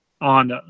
on